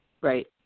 Right